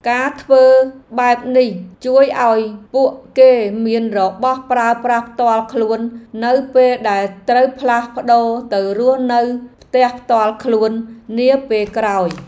ការធ្វើបែបនេះជួយឱ្យពួកគេមានរបស់ប្រើប្រាស់ផ្ទាល់ខ្លួននៅពេលដែលត្រូវផ្លាស់ប្ដូរទៅរស់នៅផ្ទះផ្ទាល់ខ្លួននាពេលក្រោយ។